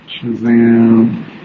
Shazam